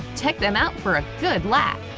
check them out for a good laugh!